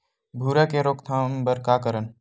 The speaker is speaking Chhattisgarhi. भूरा के रोकथाम बर का करन?